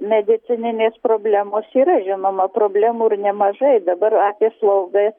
medicininės problemos yra žinoma problemų ir nemažai dabar apie slaugą